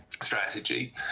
Strategy